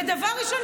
ודבר ראשון,